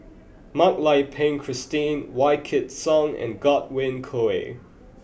Mak Lai Peng Christine Wykidd Song and Godwin Koay